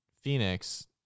phoenix